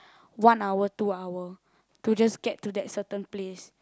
one hour two hour to just get to that certain place